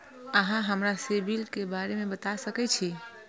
अहाँ हमरा सिबिल के बारे में बता सके छी?